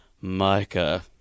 Micah